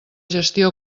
gestió